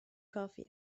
coffee